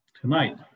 Tonight